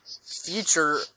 Future